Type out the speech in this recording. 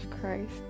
Christ